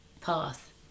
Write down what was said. path